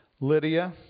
Lydia